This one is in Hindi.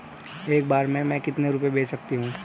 एक बार में मैं कितने रुपये भेज सकती हूँ?